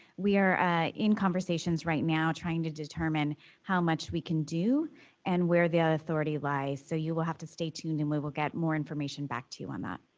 we are in conversations right now trying to determine how much we can do and where the ah authority lies. so, you will have to stay tuned, and we will get more information back to you on that.